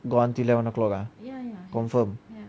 go until eleven o'clock ah confirm